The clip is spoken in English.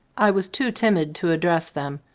i was too timid to address them,